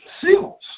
seals